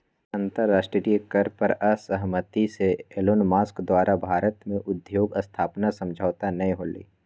अंतरराष्ट्रीय कर पर असहमति से एलोनमस्क द्वारा भारत में उद्योग स्थापना समझौता न होलय